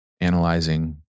analyzing